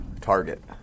target